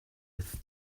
with